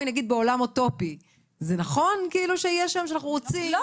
בעולם אוטופי זה נכון שאנחנו רוצים ---?